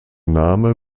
name